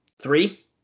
three